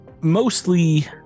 mostly